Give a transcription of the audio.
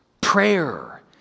prayer